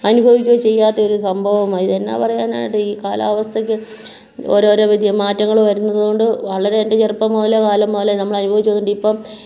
അനുഭവിക്കുകയോ ചെയ്യാത്ത ഒരു സംഭവമായി എന്നാൽ പറയാനായിട്ട് ഈ കാലാവസ്ഥയ്ക്ക് ഓരോരോ വ്യതി മാറ്റങ്ങൾ വരുന്നതുകൊണ്ട് വളരെ എൻ്റെ ചെറുപ്പം മുതലെ കാലം മുതലെ നമ്മളനുഭവിച്ചത് കൊണ്ട് ഇപ്പം